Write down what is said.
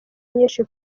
nyinshi